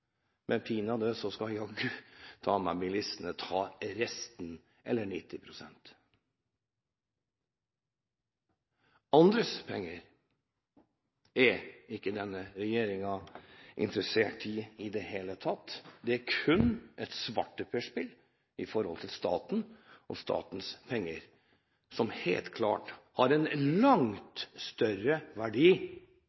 så skal jaggu bilistene ta resten – eller 90 pst. Andres penger er ikke denne regjeringen interessert i i det hele tatt. De er kun et svarteperspill i forhold til staten og statens penger – som helt klart har